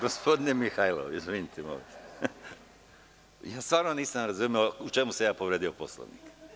Gospodine Mihajlov, stvarno nisam razumeo u čemu sam ja povredio Poslovnik.